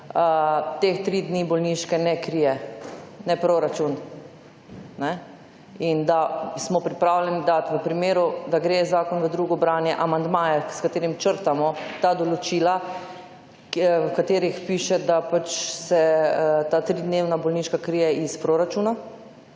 teh tri dni bolniške ne krije ne proračun in da smo pripravljeni dati v primeru, da gre zakon v drugo branje amandmaje, s katerim črtamo ta določila, v katerih piše, da se ta tridnevna bolniška krije iz proračuna.